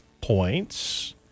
points